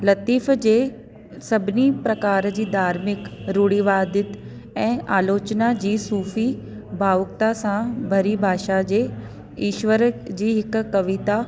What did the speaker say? लतीफ जे सभिनी प्रकार जी धार्मिक रूड़ीवादी ऐं आलोचना जी सूफी भावुकता सां भरी भाषा जे ईश्वर जी हिकु कविता